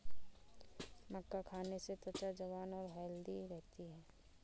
मक्का खाने से त्वचा जवान और हैल्दी रहती है